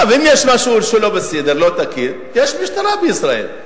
אם יש משהו לא בסדר, לא תקין, יש משטרה בישראל.